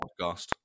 podcast